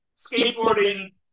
skateboarding